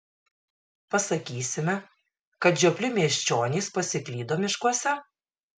pasakysime kad žiopli miesčionys pasiklydo miškuose